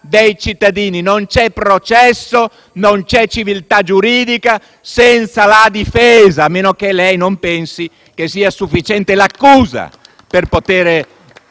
dei cittadini. Non c'è processo, non c'è civiltà giuridica senza la difesa, a meno che lei non pensi che sia sufficiente l'accusa per poter